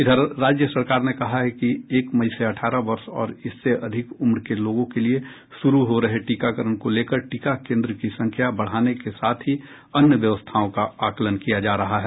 इधर राज्य सरकार ने कहा है कि एक मई से अठारह वर्ष और इससे अधिक उम्र के लोगों के लिए शुरू हो रहे टीकाकरण को लेकर टीका केंद्र की संख्या बढ़ाने के साथ ही अन्य व्यवस्थाओं का आकलन किया जा रहा है